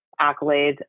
accolades